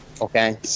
okay